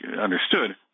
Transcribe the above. understood